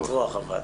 רוח הוועדה.